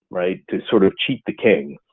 to sort of cheat the king.